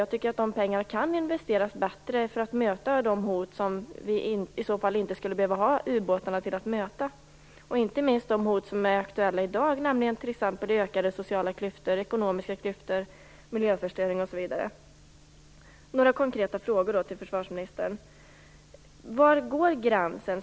Jag tycker att de pengarna kan investeras bättre för att möta de hot som vi inte behöver ha ubåtarna till, inte minst de hot som är aktuella i dag, nämligen ökade sociala klyftor, ekonomiska klyftor, miljöförstöring osv. Jag har några konkreta frågor till försvarsministern. Var går gränsen?